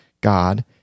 God